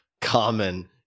common